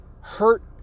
hurt